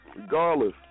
Regardless